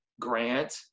Grant